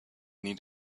need